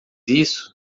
isso